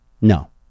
No